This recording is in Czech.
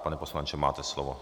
Pane poslanče, máte slovo.